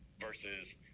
Versus